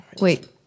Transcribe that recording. Wait